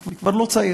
אני כבר לא צעיר.